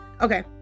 okay